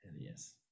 Yes